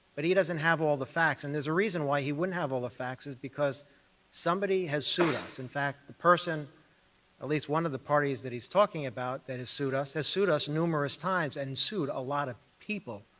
but he doesn't have all the facts, and there's a reason why he wouldn't have all the facts, is because somebody has sued us. in fact, the person at least one of the parties that he's talking about that has sued us as sued us numerous times and sued a lot of people,